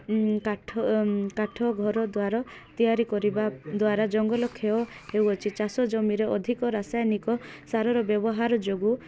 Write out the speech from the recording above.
କାଠ କାଠ ଘର ଦ୍ୱାର ତିଆରି କରିବା ଦ୍ୱାରା ଜଙ୍ଗଲ କ୍ଷୟ ହେଉଅଛି ଚାଷ ଜମିରେ ଅଧିକ ରାସାୟନିକ ସାରର ବ୍ୟବହାର ଯୋଗୁଁ